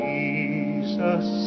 Jesus